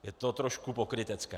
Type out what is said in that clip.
Je to trošku pokrytecké.